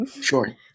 sure